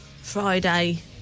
Friday